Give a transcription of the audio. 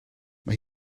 mae